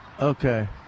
Okay